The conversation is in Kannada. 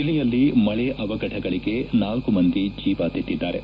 ಜಿಲ್ಲೆಯಲ್ಲಿ ಮಳೆ ಅವಗಢಗಳಿಗೆ ನಾಲ್ಲು ಮಂದಿ ಜೀವ ತೆತ್ತಿದ್ದಾರೆ